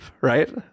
right